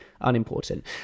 unimportant